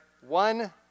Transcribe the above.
one